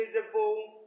visible